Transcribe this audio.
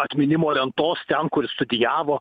atminimo lentos ten kur jis studijavo